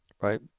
right